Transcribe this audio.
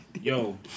Yo